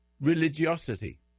religiosity